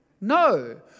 No